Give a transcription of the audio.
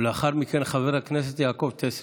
לאחר מכן, חבר הכנסת יעקב טסלר.